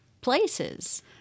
places